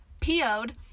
PO'd